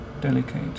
delicate